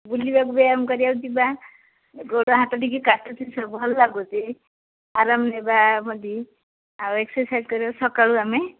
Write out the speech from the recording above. ବୁଲିବାକୁ ବ୍ୟାୟାମ କରିବାକୁ ଯିବା ଗୋଡ଼ ହାତ ଟିକେ କାଟୁଛି ସବୁ ଭଲ ଲାଗୁଛି ଆରାମ ନେବା ବୋଲି ଆଉ ଏକ୍ସରସାଇଜ୍ କରିବା ସକାଳୁ ଆମେ